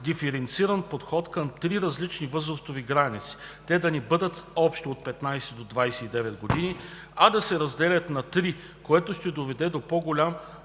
диференциран подход към три различни възрастови граници, те да не бъдат общо от 15 до 29 години, а да се разделят на три, което ще доведе до по-голям